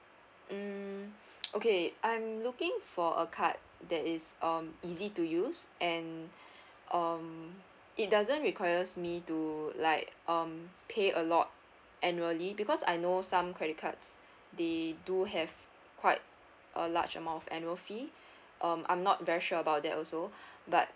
mm okay uh I'm looking for a card that is um easy to use and um it doesn't requires me to like um pay a lot annually because I know some credit cards they do have quite a large amount of annual fee um I'm not very sure about that also but